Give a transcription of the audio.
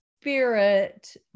spirit